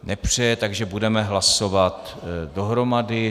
Nepřeje, takže budeme hlasovat dohromady.